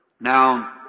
Now